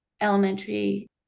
elementary